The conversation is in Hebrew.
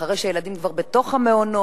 אחרי שהילדים כבר במעונות.